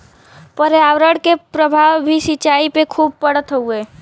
पर्यावरण के प्रभाव भी सिंचाई पे खूब पड़त हउवे